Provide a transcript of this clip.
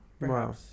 Wow